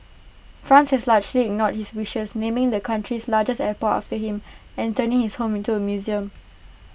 France has largely ignored his wishes naming the country's largest airport after him and turning his home into A museum